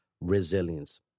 resilience